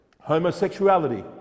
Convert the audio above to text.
homosexuality